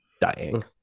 dying